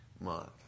month